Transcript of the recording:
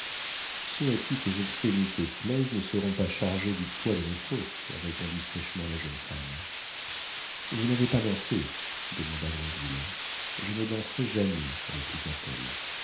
ceux à qui ces obscénités plaisent ne seront pas chargés du poids de nos fautes répondit sèchement la jeune femme vous n'avez pas dansé demanda granville je ne danserai jamais répliqua-t-elle